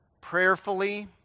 prayerfully